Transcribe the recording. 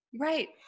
Right